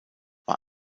war